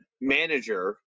manager